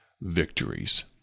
victories